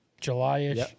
July-ish